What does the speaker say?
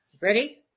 Ready